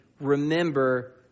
remember